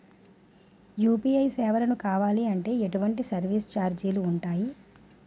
UPI సేవలను కావాలి అంటే ఎటువంటి సర్విస్ ఛార్జీలు ఉంటాయి?